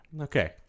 Okay